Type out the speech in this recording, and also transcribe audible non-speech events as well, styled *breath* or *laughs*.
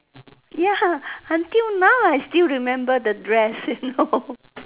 ya *breath* until now I still remember the dress you know *laughs*